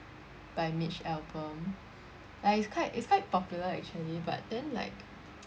by mitch albom like it's quite it's quite popular actually but then like